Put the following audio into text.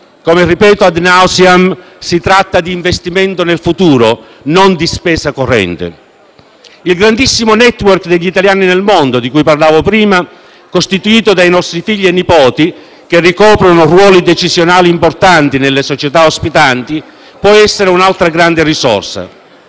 Come ripeto *ad nauseam*, si tratta di un investimento nel futuro, non di spesa corrente. Il grandissimo *network* degli italiani nel mondo, di cui parlavo prima, costituito dai nostri figli e nipoti, che ricoprono ruoli decisionali importanti nelle società ospitanti, può essere un'altra grande risorsa.